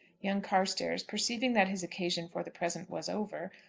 young carstairs, perceiving that his occasion for the present was over,